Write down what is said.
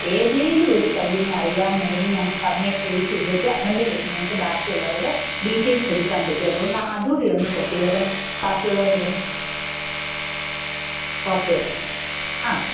ഏതേലും ഒരു പയ്യനെ അറിയാമെന്നുടെങ്കില് ഞങ്ങൾക്ക് അവനെ ട്രെയിസ് ചെയ്തേച്ച് അവന്റെ കൈയിൽ നിന്നു ഞങ്ങൾക്ക് ബാക്കിയുള്ളവരുടെ ഡീറ്റൈൽസ് എടുക്കാ പറ്റും അതുകൊണ്ടാണ് അതും കൂടി ഒന്നു പ്രത്യേകം ബാക്കിയുള്ളവരോടു കൂടി ഒന്ന് ഓക്കെ ആ